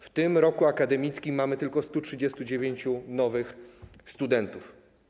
W tym roku akademickim mamy tylko 139 nowych studentów.